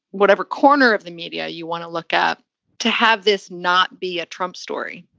whatever corner of the media you want to look at to have this not be a trump story.